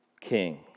king